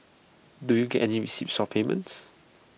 do you get any receipts for payments